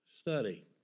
study